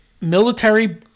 military